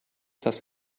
dass